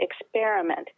experiment